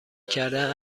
کردن